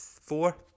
four